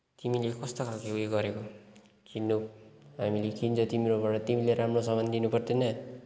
तिमीले कस्तो खालको उयो गरेको किन्नु हामीले किन्छ तिम्रोबाट तिमीले राम्रो सामान दिनु पर्दैन